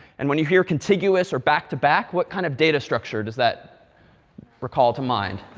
and when you hear contiguous or back-to-back, what kind of data structure does that recall to mind?